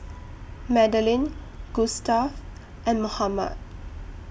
Madelyn Gustave and Mohamed